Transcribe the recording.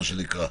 מה שנקרא.